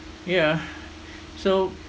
yeah so